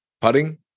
putting